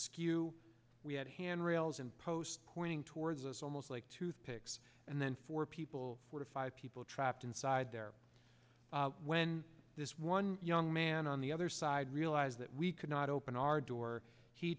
skew we had hand rails and post pointing towards us almost like toothpicks and then four people four to five people trapped inside there when this one young man on the other side realized that we could not open our door he